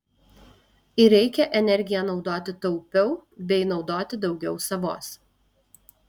ir reikia energiją naudoti taupiau bei naudoti daugiau savos